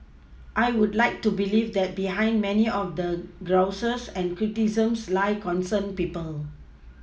I would like to believe that behind many of the grouses and criticisms lie concerned people